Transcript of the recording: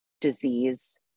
disease